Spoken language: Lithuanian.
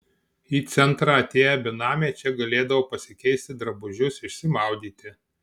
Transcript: į centrą atėję benamiai čia galėdavo pasikeisti drabužius išsimaudyti